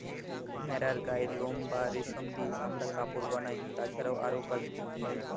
ভেড়ার গায়ের লোম বা রেশম দিয়ে আমরা কাপড় বানাই, তাছাড়াও আরো কাজ হয়